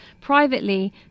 Privately